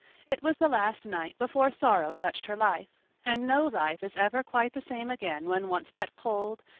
it was the last night before sorrow touched her life and no life is ever quite the same again when once that cold,